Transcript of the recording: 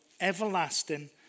everlasting